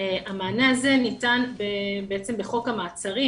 המענה הזה ניתן בחוק המעצרים.